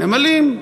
נמלים,